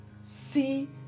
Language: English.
See